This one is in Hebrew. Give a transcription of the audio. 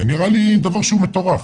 נראה לי דבר שהוא מטורף.